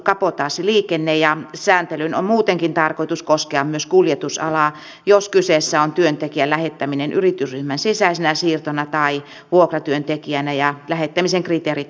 sääntelyn on muutenkin tarkoitus koskea myös kuljetusalaa jos kyseessä on työntekijän lähettäminen yritysryhmän sisäisenä siirtona tai vuokratyöntekijänä ja lähettämisen kriteerit täyttyvät